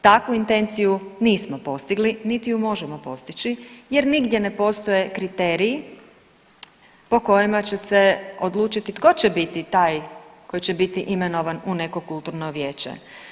Takvu intenciju nismo postigli niti ju možemo postići jer nigdje ne postoje kriteriji po kojima će se odlučiti tko će biti taj koji će biti imenovan i neko kulturno vijeće.